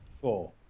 four